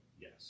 yes